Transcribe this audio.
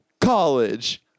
college